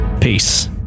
Peace